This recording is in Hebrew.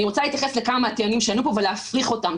אני רוצה להתייחס לכמה טיעונים שעלו פה ולהפריך אותם,